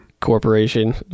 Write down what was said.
Corporation